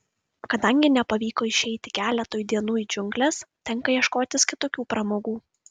kadangi nepavyko išeiti keletui dienų į džiungles tenka ieškotis kitokių pramogų